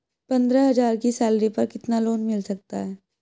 पंद्रह हज़ार की सैलरी पर कितना लोन मिल सकता है?